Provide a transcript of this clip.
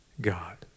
God